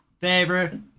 favorite